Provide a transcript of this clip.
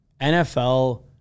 NFL